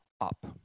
up